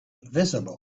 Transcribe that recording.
visible